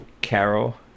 Carol